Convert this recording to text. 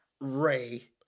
Ray